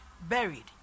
buried